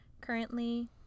currently